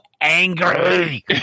angry